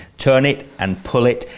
turn it and pull it.